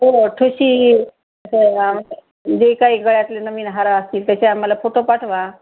हो ठुशी जे काही गळ्यातले नवीन हार असतील त्याच्या आम्हाला फोटो पाठवा